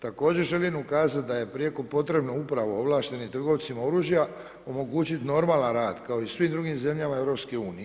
Također želim ukazati da je prijeko potrebno upravo ovlaštenim trgovcima oružja omogućiti normalan rad kao i u svim drugim zemljama Europske unije.